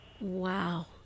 Wow